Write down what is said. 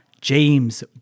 James